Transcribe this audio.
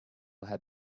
had